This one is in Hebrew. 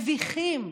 מביכים,